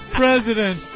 president